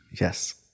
Yes